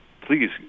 Please